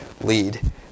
lead